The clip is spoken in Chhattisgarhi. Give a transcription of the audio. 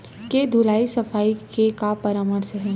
के धुलाई सफाई के का परामर्श हे?